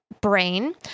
brain